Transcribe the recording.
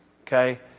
okay